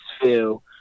feel